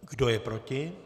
Kdo je proti?